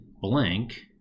blank